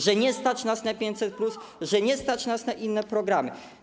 że nie stać nas na 500+, że nie stać nas na inne programy.